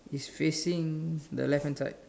is facing the left hand side